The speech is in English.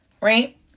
right